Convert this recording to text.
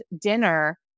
dinner